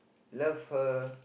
love her